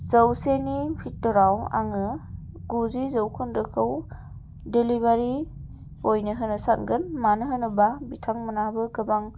जौसेनि भिटोराव आङो गुजि जौखोन्दोखौ डिलिभारि बयनो होनो सानगोन मानो होनोबा बिथांमोनाबो गोबां